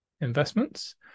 Investments